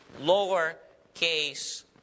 lowercase